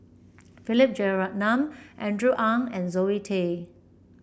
Philip Jeyaretnam Andrew Ang and Zoe Tay